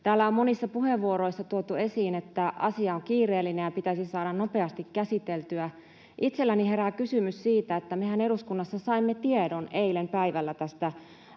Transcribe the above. Täällä on monissa puheenvuoroissa tuotu esiin, että asia on kiireellinen ja se pitäisi saada nopeasti käsiteltyä. Itselläni herää kysymys siitä, että mehän eduskunnassa saimme tiedon eilen päivällä tästä